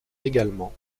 également